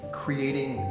creating